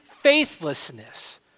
faithlessness